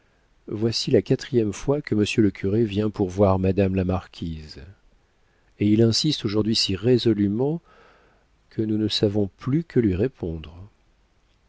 voici la quatrième fois que monsieur le curé vient pour voir madame la marquise et il insiste aujourd'hui si résolûment que nous ne savons plus que lui répondre